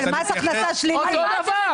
אותו דבר.